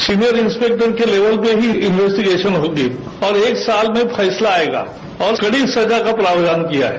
senior inspector के level पर ही इन्वेस्टीगेशन होगी और एक साल में फैसला आयेगा और कड़ी सजा का प्रावधान किया है